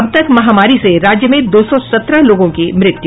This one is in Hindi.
अब तक महामारी से राज्य में दो सौ सत्रह लोगों की मृत्यु